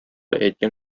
әйткән